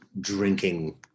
drinking